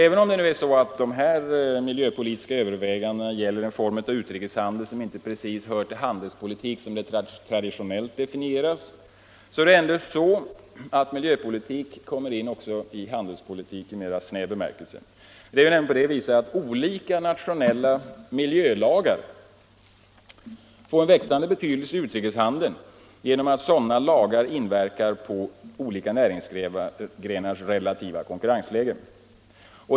Även om dessa miljöpolitiska överväganden gäller en form av utrikeshandel hör de inte precis till den traditionella handelspolitiken. Det är ändå så, att miljöpolitik kommer in också i handelspolitik i snävare bemärkelse. Olika nationella miljölagar får nämligen en växande betydelse i utrikeshandeln genom att sådana lagar inverkar på olika näringsgrenars relativa konkurrensläge.